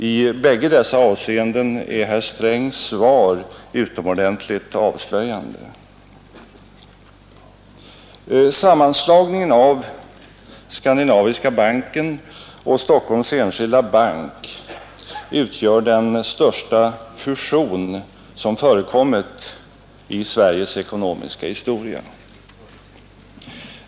I båda dessa avseenden är herr Strängs svar utomordentligt avslöjande. bank utgör den största fusion som förekommit i Sveriges ekonomiska historia.